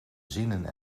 zinnen